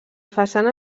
façana